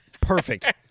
Perfect